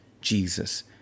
Jesus